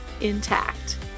intact